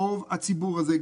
רוב הציבור הזה,